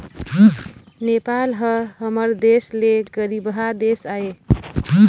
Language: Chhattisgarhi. नेपाल ह हमर देश ले गरीबहा देश आय